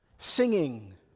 singing